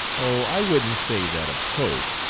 oh, i wouldn't say that of cope.